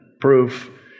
proof